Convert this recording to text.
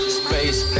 space